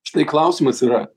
štai klausimas yra